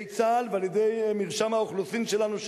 צה"ל ועל-ידי מרשם האוכלוסין שלנו,